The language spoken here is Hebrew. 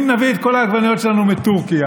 אם נביא את כל העגבניות שלנו מטורקיה,